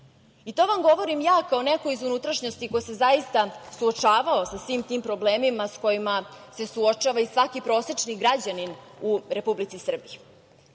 i to vam govorim ja kao neko iz unutrašnjosti, kao neko ko se zaista suočavao sa svim tim problemima sa kojima se suočava i svaki prosečni građanin u Republici Srbiji. Mi